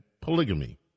polygamy